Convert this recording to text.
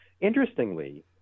Interestingly